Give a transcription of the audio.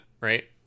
right